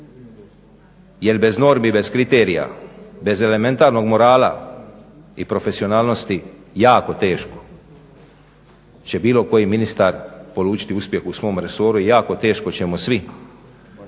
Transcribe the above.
jer bez normi i bez kriterija, bez elementalnog morala i profesionalnosti jako teško će bilo koji ministar polučiti uspjeh u svom resoru i jako teško ćemo svi